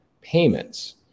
payments